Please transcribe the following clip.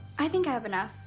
i think i have enough.